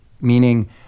meaning